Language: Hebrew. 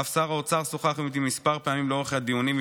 אף שר האוצר שוחח איתי כמה פעמים לאורך הדיונים,